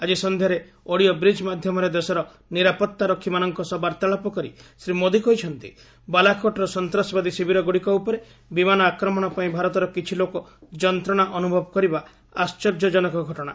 ଆଜି ସନ୍ଧ୍ୟାରେ audio bridge ମାଧ୍ୟମରେ ଦେଶର ନିରାପତ୍ତାରକ୍ଷୀ ମାନଙ୍କ ସହ ବାର୍ତ୍ତାଳାପ କରି ଶ୍ରୀ ମୋଦି କହିଛନ୍ତି ବାଲାକୋଟର ସନ୍ତାସବାଦୀ ଶିବିରଗୁଡ଼ିକ ଉପରେ ବିମାନ ଆକ୍ରମଣ ପାଇଁ ଭାରତର କିଛି ଲୋକ ଯନ୍ତ୍ରଣା ଅନ୍ତଭବ କରିବା ଆଣ୍ଟର୍ଯ୍ୟଜନକ ଘଟଣା